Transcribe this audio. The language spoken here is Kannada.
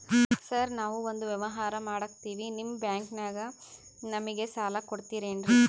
ಸಾರ್ ನಾವು ಒಂದು ವ್ಯವಹಾರ ಮಾಡಕ್ತಿವಿ ನಿಮ್ಮ ಬ್ಯಾಂಕನಾಗ ನಮಿಗೆ ಸಾಲ ಕೊಡ್ತಿರೇನ್ರಿ?